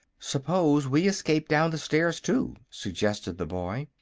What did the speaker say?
suppose we escape down the stairs, too, suggested the boy.